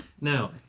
Now